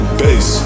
bass